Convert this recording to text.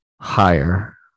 Higher